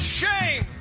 shame